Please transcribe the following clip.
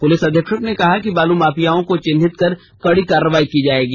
police अधीक्षक ने कहा कि बालू माफियाओं को चिन्हित कर कड़ी कार्रवाई की जाएगी